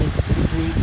நெற்றிச்சுட்டி